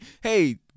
hey